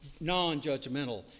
non-judgmental